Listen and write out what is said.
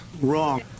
Wrong